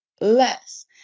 less